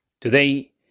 Today